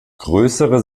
größere